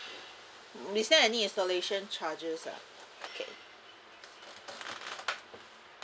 is there any installation charges ah okay